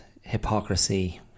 hypocrisy